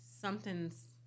something's